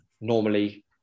normally